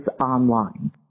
online